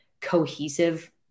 cohesive